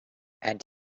and